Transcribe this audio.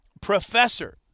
professor